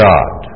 God